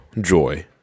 joy